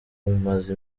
maze